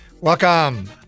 Welcome